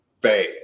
Bad